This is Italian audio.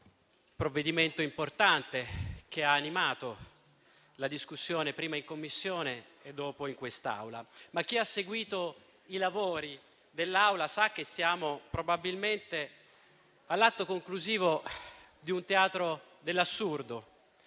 provvedimento importante che ha animato la discussione prima in Commissione e dopo in quest'Aula. Chi ha seguito i lavori dell'Assemblea sa che siamo probabilmente all'atto conclusivo di un teatro dell'assurdo,